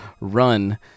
run